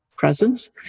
presence